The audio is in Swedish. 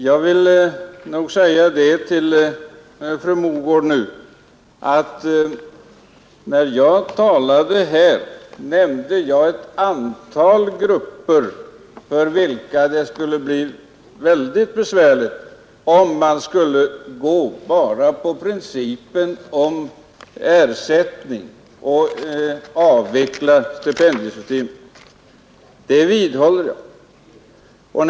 Herr talman! Jag vill säga till fru Mogård att jag nämnde ett antal grupper, för vilka det skulle bli mycket besvärligt om man bara skulle följa principen om ersättning för prestation och avveckla stipendiesystemet. Det vidhåller jag.